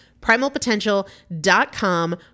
Primalpotential.com